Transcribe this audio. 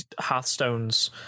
Hearthstone's